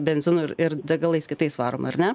benzinu ir ir degalais kitais varomi ar ne